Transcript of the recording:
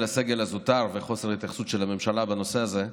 הסגל הזוטר וחוסר ההתייחסות של הממשלה בנושא הזה,